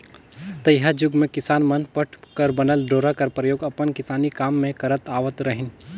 तइहा जुग मे किसान मन पट कर बनल डोरा कर परियोग अपन किसानी काम मे करत आवत रहिन